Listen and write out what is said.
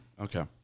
Okay